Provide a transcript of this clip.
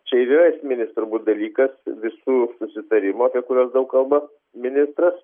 čia ir yra esminis turbūt dalykas visų susitarimų apie kuriuos daug kalba ministras